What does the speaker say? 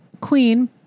Queen